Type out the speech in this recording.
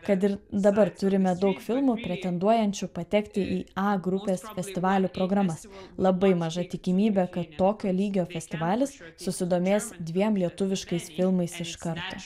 kad ir dabar turime daug filmų pretenduojančių patekti į a grupės festivalio programas labai maža tikimybė kad tokio lygio festivalis susidomės dviem lietuviškais filmais iš karto